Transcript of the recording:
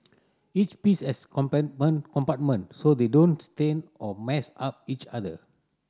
each piece has compartment so they don't stain or mess up each other